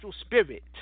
spirit